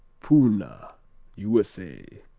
poona u s a.